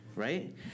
Right